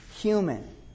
human